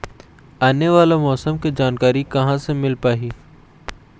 आने वाला मौसम के जानकारी कहां से मिल पाही?